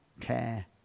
care